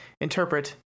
interpret